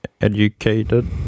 educated